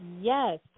Yes